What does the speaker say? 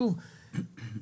שוב,